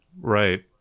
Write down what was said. Right